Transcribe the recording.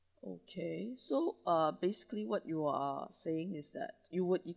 okay so uh basically what you ah are saying is that you would e~